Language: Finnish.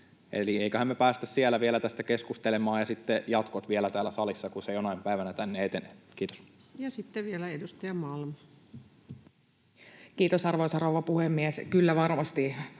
Eli eiköhän me päästä siellä vielä tästä keskustelemaan, ja sitten on jatkot vielä täällä salissa, kun se jonain päivänä tänne etenee. — Kiitos. Ja sitten vielä edustaja Malm. Kiitos, arvoisa rouva puhemies! Kyllä varmasti